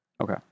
Okay